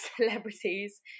celebrities